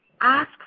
Ask